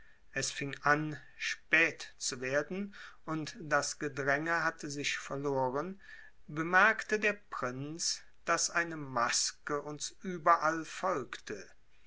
es fing an spät zu werden und das gedränge hatte sich verloren bemerkte der prinz daß eine maske uns überall folgte